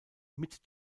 mit